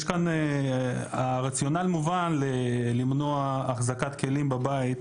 הרציונל מובן, למנוע החזקת כלים בבית,